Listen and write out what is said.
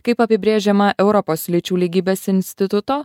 kaip apibrėžiama europos lyčių lygybės instituto